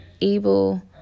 able